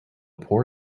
poor